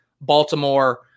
Baltimore